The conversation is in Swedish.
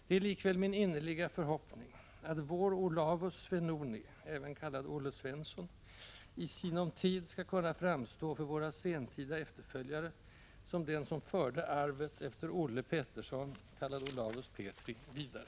Det är likväl min innerliga förhoppning att vår Olavus Svenoni i sinom tid skall kunna framstå för våra sentida efterföljare som den som förde arvet efter Olle Pettersson vidare.